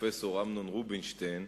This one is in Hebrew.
פרופסור אמנון רובינשטיין,